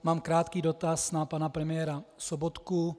Mám krátký dotaz na pana premiéra Sobotku.